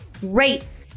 Great